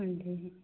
ਹਾਂਜੀ ਜੀ